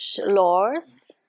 laws